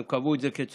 הם קבעו את זה כצום,